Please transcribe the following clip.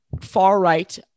far-right